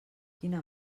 quina